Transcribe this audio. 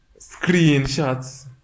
Screenshots